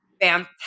fantastic